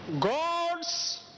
god's